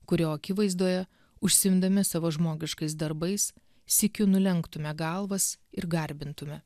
kurio akivaizdoje užsiimdami savo žmogiškais darbais sykiu nulenk tume galvas ir garbintume